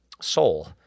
Soul